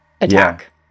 attack